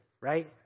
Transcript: right